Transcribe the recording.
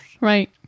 Right